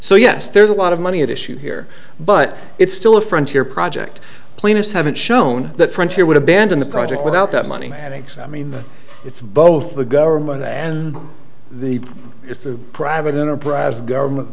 so yes there's a lot of money at issue here but it's still a frontier project planners haven't shown that frontier would abandon the project without that money mannix i mean it's both the government and the it's a private enterprise government